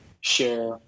share